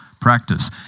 practice